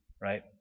right